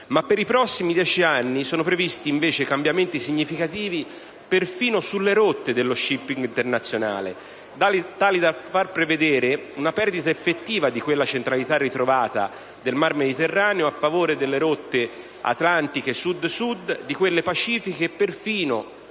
Per i prossimi dieci anni, però, sono previsti cambiamenti significativi persino sulle rotte dello *shipping* internazionale, tali da far prevedere una perdita effettiva di quella centralità ritrovata del Mar Mediterraneo a favore delle rotte atlantiche Sud-Sud, di quelle pacifiche e persino